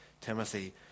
Timothy